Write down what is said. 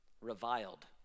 reviled